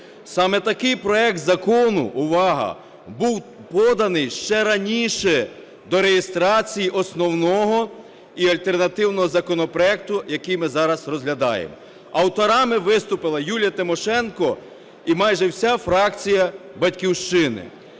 Саме такий проект закону, увага, був поданий ще раніше, до реєстрації основного і альтернативного законопроектів, який ми зараз розглядаємо. Авторами виступили Юлія Тимошенко і майже вся фракція "Батьківщина".